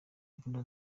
imbuga